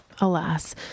Alas